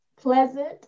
pleasant